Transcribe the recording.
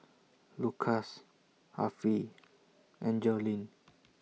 Lucas Affie and Joline